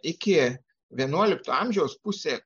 iki vienuolikto amžiaus pusė